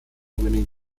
winning